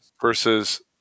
versus